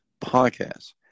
Podcast